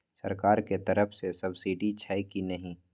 सरकार के तरफ से सब्सीडी छै कि नहिं?